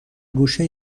گوشه